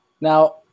Now